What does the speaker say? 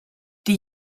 die